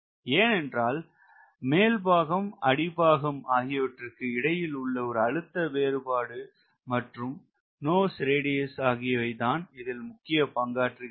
ஏன் என்றால் மேல்பாகம் அடிப்பாகம் ஆகியவற்றிற்கு இடையில் உள்ள அழுத்த வேறுபாடு மற்றும் மூக்கு ஆரம் ஆகியவை தான் இதில் முக்கிய பங்காற்றுகிறது